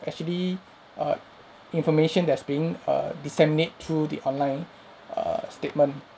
actually err information that's being err disseminate through the online err statement